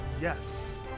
Yes